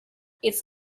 its